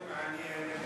זה מעניין.